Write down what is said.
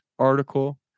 article